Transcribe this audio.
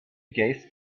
gazed